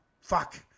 Fuck